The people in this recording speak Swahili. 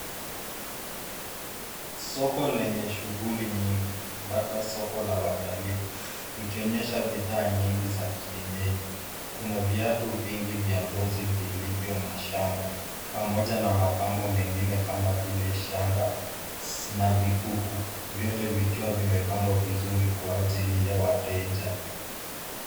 Soko lenye shughuli nyingi labda soko la watali likionyesha bidhaa nyingi za kienyeji, kuna viatu vingi vya ngozi vilivyo na shanga pamoja na mapambo mengine kama vile shanga na vikuku vyote vikiwa vimepangwa vizuri kwa ajili ya wateja.